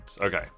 Okay